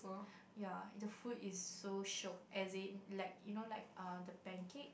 ya the food is so shiok as it like you know like err the pancake